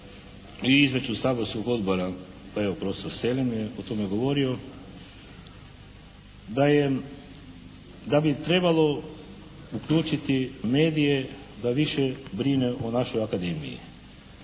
u Izvješću saborskog odbora o kojem je profesor Selem je o tome govorio da je, da bi trebalo uključiti medije da više brine o našoj Akademiji.